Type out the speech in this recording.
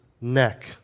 neck